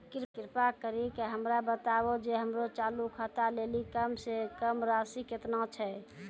कृपा करि के हमरा बताबो जे हमरो चालू खाता लेली कम से कम राशि केतना छै?